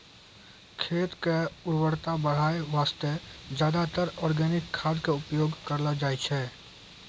खेत के उर्वरता बढाय वास्तॅ ज्यादातर आर्गेनिक खाद के उपयोग करलो जाय छै